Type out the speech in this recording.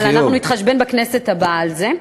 אבל אנחנו נתחשבן בכנסת הבאה על זה.